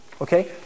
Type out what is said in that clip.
Okay